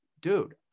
dude